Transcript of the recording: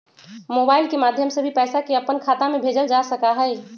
mobile के माध्यम से भी पैसा के अपन खाता में भेजल जा सका हई